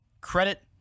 Credit